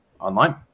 online